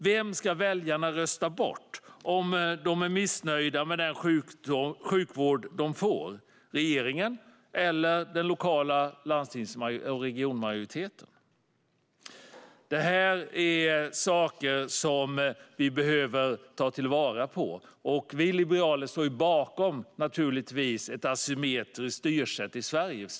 Vem ska väljarna rösta bort om de är missnöjda med den sjukvård de får - regeringen eller den lokala landstings eller regionmajoriteten? Detta är saker vi behöver ta vara på. Vi liberaler står naturligtvis bakom ett asymmetriskt styrsätt i Sverige.